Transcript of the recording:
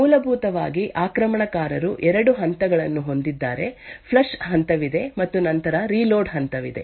ಮೂಲಭೂತವಾಗಿ ಆಕ್ರಮಣಕಾರರು 2 ಹಂತಗಳನ್ನು ಹೊಂದಿದ್ದಾರೆ ಫ್ಲಶ್ ಹಂತವಿದೆ ಮತ್ತು ನಂತರ ರೀಲೋಡ್ ಹಂತವಿದೆ